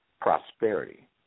prosperity